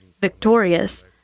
victorious